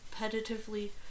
competitively